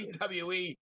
WWE